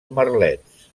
merlets